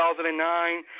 2009